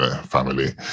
family